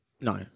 No